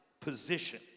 position